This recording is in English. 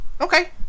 okay